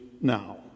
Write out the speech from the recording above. now